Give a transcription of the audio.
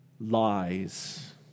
lies